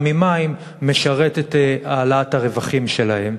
ממים משרת את העלאת הרווחים שלהם.